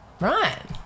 Right